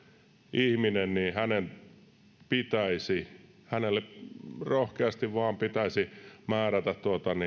ihmiselle pitäisi rohkeasti vain määrätä